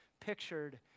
pictured